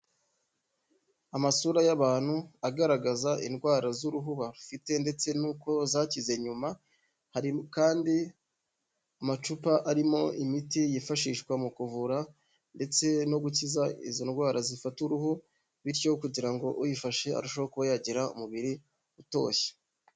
Amasura y'abantu agaragaza indwara z'uruhu bafite ndetse n'uko zakize nyuma, hari kandi amacupa arimo imiti yifashishwa mu kuvura ndetse no gukiza izo ndwara zifata uruhu bityo kugira ngo uyifashe arusheho kuba yagira umubiri utoshye.